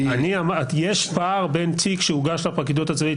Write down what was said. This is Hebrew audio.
יש פער בין תיק שהוגש לפרקליטות הצבאית